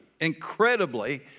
incredibly